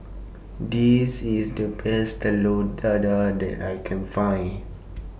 This IS The Best Telur Dadah that I Can Find